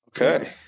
Okay